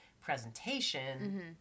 presentation